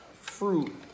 fruit